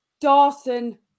Dawson